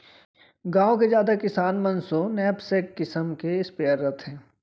गॉँव के जादा किसान मन सो नैपसेक किसम के स्पेयर रथे